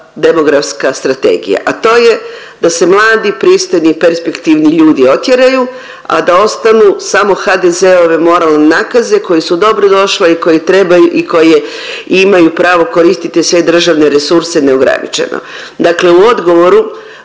demografska strategija, a to je da se mladi, pristojni, perspektivni ljudi otjeraju, a da ostanu samo HDZ-ove moralne nakaze koje su dobrodošle i koje trebaju i koji je imaju pravo koristiti sve državne resurse neograničeno. Dakle, u odgovoru